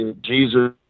Jesus